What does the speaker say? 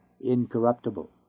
incorruptible